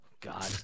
God